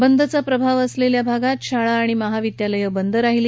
बंदचा प्रभाव असलेल्या भागात शाळा आणि महाविद्यालय बंद राहिली